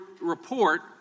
report